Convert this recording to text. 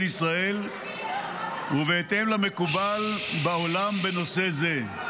ישראל ובהתאם למקובל בעולם בנושא זה.